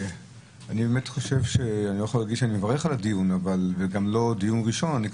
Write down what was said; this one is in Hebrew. אני לא יכול להגיד שאני מברך על הדיון וזה גם לא דיון ראשון שלי.